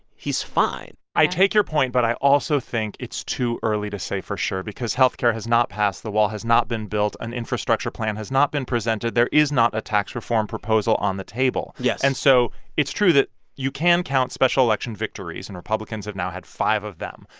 he's fine i take your point, but i also think it's too early to say for sure because health care has not passed. the wall has not been built. an infrastructure plan has not been presented. there is not a tax reform proposal on the table. yeah and so it's true that you can count special election victories, and republicans have now had five of them.